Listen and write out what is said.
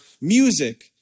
music